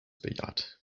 bejaht